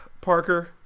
parker